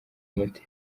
umuti